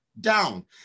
down